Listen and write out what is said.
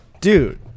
Dude